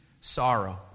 sorrow